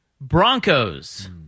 Broncos